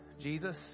Jesus